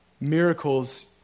miracles